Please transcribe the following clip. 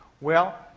well,